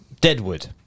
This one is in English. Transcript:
Deadwood